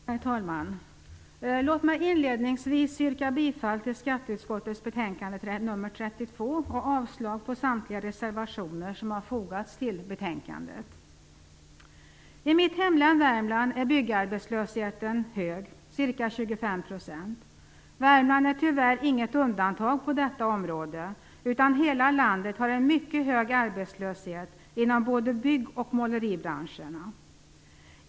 Herr talman! Låt mig inledningsvis yrka bifall till skatteutskottets betänkande nr 32 och avslag på samtliga reservationer som har fogats till betänkandet. I mitt hemlän Värmland är byggarbetslösheten hög, ca 25 %. Värmland är tyvärr inget undantag på detta område, utan hela landet har en mycket hög arbetslöshet inom både bygg och måleribranschen.